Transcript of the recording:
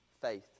faith